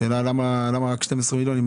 השאלה היא למה רק 12 מיליון?